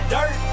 Dirt